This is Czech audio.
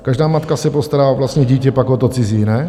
Každá matka se postará o vlastní dítě, pak o to cizí, ne?